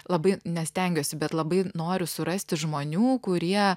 labai ne stengiuosi bet labai noriu surasti žmonių kurie